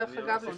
דרך אגב,